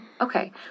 Okay